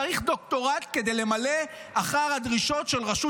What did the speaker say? צריך דוקטורט כדי למלא אחר הדרישות של רשות